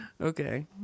okay